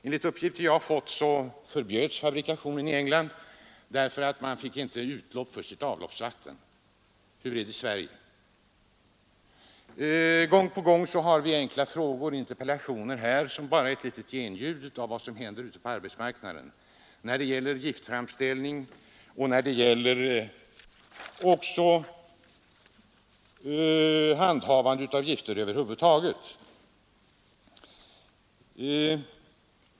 Enligt uppgifter som jag har fått förbjöds fabrikationen i England därför att man inte fick släppa ut sitt avloppsvatten. Hur är det i Sverige? Gång på gång har vi enkla frågor och interpellationer här som bara är ett litet genljud av vad som händer ute på arbetsmarknaden när det gäller giftframställning och handhavande av gifter över huvud taget.